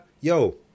yo